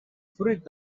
fruit